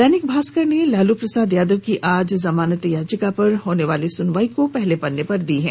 दैनिक भास्कर ने लालू प्रसाद यादव की आज जमानत याचिका पर होने वाली सुनवाई को पहले पन्ने पर जगह दी है